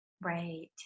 Right